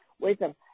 wisdom